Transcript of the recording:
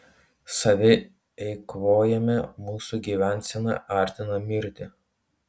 save eikvojame mūsų gyvensena artina mirtį